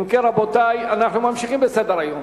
רבותי, אנחנו ממשיכים בסדר-היום: